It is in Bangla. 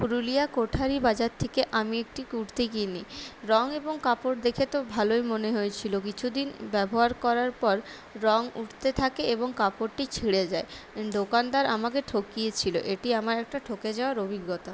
পুরুলিয়া কোঠারী বাজার থেকে আমি একটি কুর্তি কিনি রঙ এবং কাপড় দেখে তো ভালোই মনে হয়েছিলো কিছুদিন ব্যবহার করার পর রঙ উঠতে থাকে এবং কাপড়টি ছিঁড়ে যায় দোকানদার আমাকে ঠকিয়েছিলো এটি আমার একটা ঠকে যাওয়ার অভিজ্ঞতা